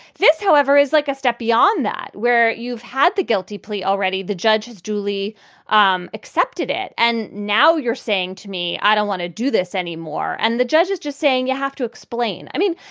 this, however, is like a step beyond that where you've had the guilty plea. already the judge has duly um accepted it. and now you're saying to me, i don't want to do this anymore. and the judge is just saying, you have to explain. i mean,